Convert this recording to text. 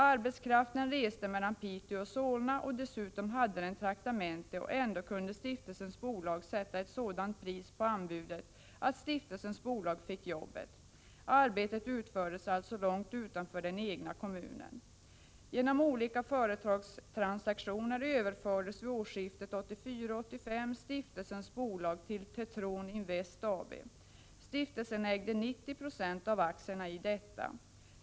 Arbetarna reste mellan Piteå och Solna och hade dessutom traktamente, och ändå kunde stiftelsens bolag sätta ett sådant pris på anbudet att stiftelsens bolag fick uppdraget. Arbetet utfördes alltså långt utanför den egna kommunen. Genom olika företagstransaktioner överfördes vid årsskiftet 1984-1985 stiftelsens bolag till Tetron Investment AB. Stiftelsen ägde 90 96 av aktierna i detta företag.